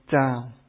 down